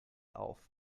auf